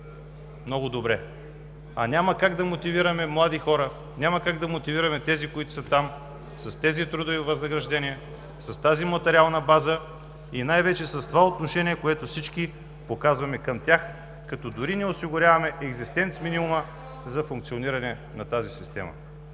много добре. Няма как да мотивираме млади хора, няма как да мотивираме тези, които са там с тези трудови възнаграждения, с тази материална база и най-вече с това отношение, което всички показваме към тях, като дори не осигуряваме екзистенц-минимума за функциониране на тази система.